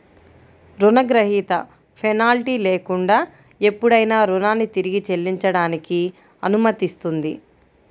రుణగ్రహీత పెనాల్టీ లేకుండా ఎప్పుడైనా రుణాన్ని తిరిగి చెల్లించడానికి అనుమతిస్తుంది